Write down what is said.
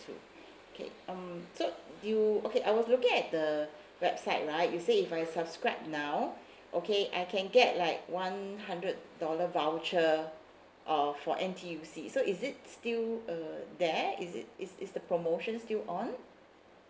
okay um so you okay I was looking at the website right you say if I subscribe now okay I can get like one hundred dollar voucher of for N_T_U_C so is it still uh there is it is is the promotion still on